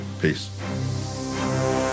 Peace